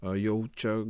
jau čia